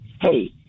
hey